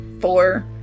Four